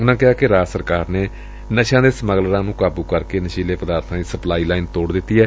ਉਨੂਾ ਕਿਹਾ ਕਿ ਰਾਜ ਸਰਕਾਰ ਨੇ ਨਸ਼ਿਆਂ ਦੇ ਸਮਗਲਰਾਂ ਨੁੰ ਕਾਬੁ ਕਰ ਕੇ ਨਸ਼ੀਲੇ ਪਦਾਰਬਾਂ ਦੀ ਸਪਲਾਈ ਲਈਨ ਤੋੜ ਦਿੱਤੀ ਏ